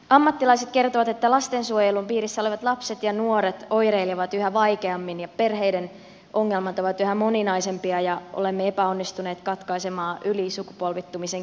ammattilaiset kertovat että lastensuojelun piirissä olevat lapset ja nuoret oireilevat yhä vaikeammin ja perheiden ongelmat ovat yhä moninaisempia ja olemme epäonnistuneet ylisukupolvettumisen kierteen katkaisemisessa